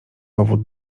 powód